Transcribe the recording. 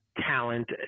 talent